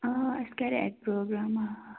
آ اسہ کرے اتہ پروگرام آ